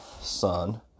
son